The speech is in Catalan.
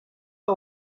que